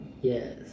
yes